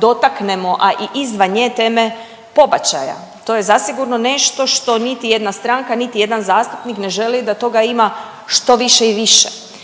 dotaknemo, a i izvan nje, teme pobačaja. To je zasigurno nešto što niti jedna stranka, niti jedan zastupnik ne želi da toga ima što više i više,